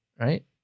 right